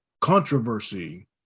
controversy